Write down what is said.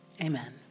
amen